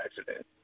accident